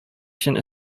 өчен